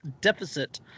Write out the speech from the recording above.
deficit